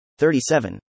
37